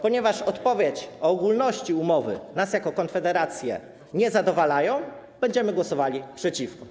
Ponieważ odpowiedź o ogólności umowy nas jako Konfederację nie zadowala, będziemy głosowali przeciwko.